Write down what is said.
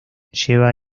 lleva